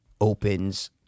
opens